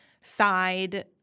side